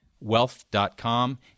wealth.com